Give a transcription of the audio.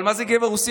אבל מה זה גבר רוסי?